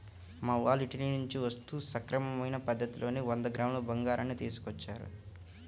మా వాళ్ళు ఇటలీ నుంచి వస్తూ సక్రమమైన పద్ధతిలోనే వంద గ్రాముల బంగారాన్ని తీసుకొచ్చారు